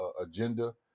agenda